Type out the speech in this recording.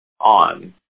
on